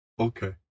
Okay